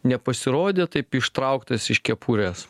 nepasirodė taip ištrauktas iš kepurės